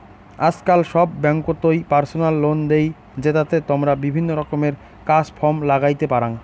আজকাল সব ব্যাঙ্ককোতই পার্সোনাল লোন দেই, জেতাতে তমরা বিভিন্ন রকমের কাজ কর্ম লাগাইতে পারাং